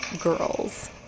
Girls